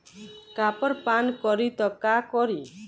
Copper पान करी त का करी?